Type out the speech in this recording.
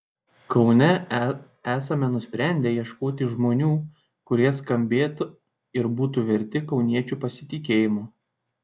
kaune esame nusprendę ieškoti žmonių kurie skambėtų ir būtų verti kauniečių pasitikėjimo